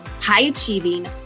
high-achieving